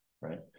right